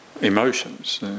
emotions